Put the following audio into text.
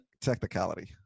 technicality